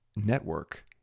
network